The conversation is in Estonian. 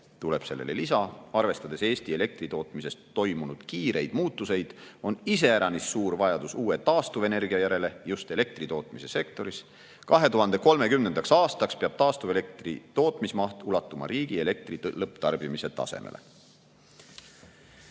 tuleb sellele lisa: "Arvestades Eesti elektritootmises toimunud kiireid muutuseid, on iseäranis suur vajadus uue taastuvenergia järele just elektritootmise sektoris. 2030. aastaks peab taastuvelektri tootmismaht ulatuma riigi elektri lõpptarbimise tasemeni."